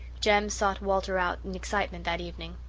jem sought walter out in excitement that evening.